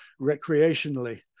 recreationally